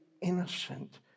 innocent